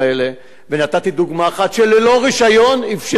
ונתתי דוגמה אחת שללא רשיון אפשרה המשטרה.